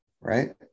right